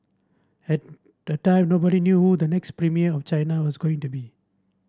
at the time nobody knew who the next premier of China was going to be